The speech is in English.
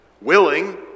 Willing